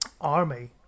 army